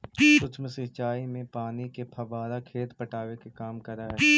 सूक्ष्म सिंचाई में पानी के फव्वारा खेत पटावे के काम करऽ हइ